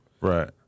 Right